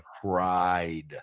pride